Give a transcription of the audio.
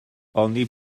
oni